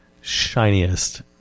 shiniest